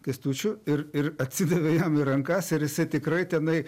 kęstučiu ir ir atsidavė jam į rankas ir jisai tikrai tenai